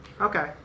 Okay